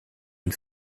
une